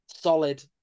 solid